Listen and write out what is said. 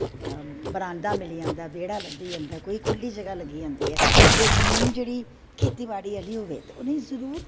बरांडा मिली जंदा बेह्ड़ा मिली जंदा कोई खुल्ली जगाह् लब्भी जंदी ऐ ते जमीन जेह्ड़ी खेचत्ती बॉड़ी आह्ली होऐ उनैं जरूर